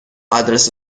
آدرس